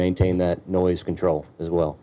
maintain that noise control as well